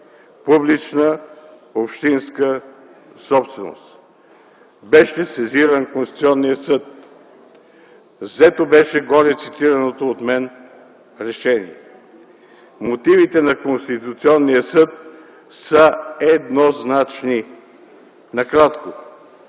публична общинска собственост. Беше сезиран Конституционният съд. Взето беше горецитираното от мен решение. Мотивите на Конституционния съд са еднозначни. Накратко